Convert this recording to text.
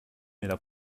jamais